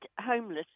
homeless